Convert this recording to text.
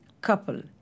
couple